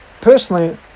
personally